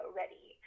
ready